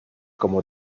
como